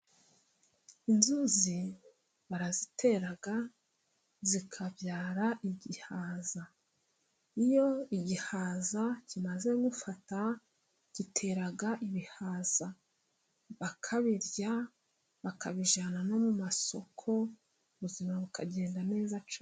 Inzuzi barazitera zikabyara igihaza. Iyo igihaza kimaze gufata gitera ibihaza bakabirya, bakabijyana no mu masoko, ubuzima bukagenda neza.